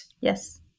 Yes